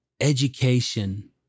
education